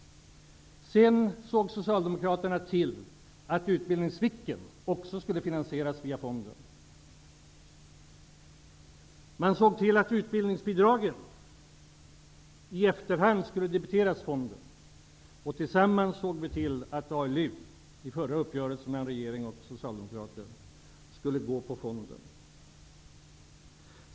Sedan såg Socialdemokraterna till att utbildningsvikariaten också skulle finansieras via fonden. Man såg till att utbildningsbidragen i efterhand skulle debiteras fonden. Tillsammans såg vi till att ALU, i den förra uppgörelsen mellan regeringen och Socialdemokraterna, skulle gå på fonden.